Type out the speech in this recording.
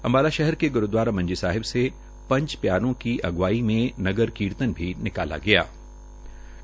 अंबाला शहर के ग्रुद्वारा मंजी साहिब से पंज प्यारों की अग्रवाई में नगर कीर्तन भी निकाला गया था